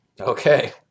Okay